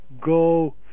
Go